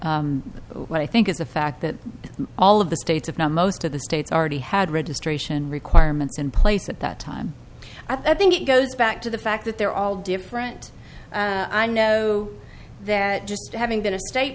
what i think is the fact that all of the states have now most of the states already had registration requirements in place at that time i think it goes back to the fact that they're all different i know that just having been a state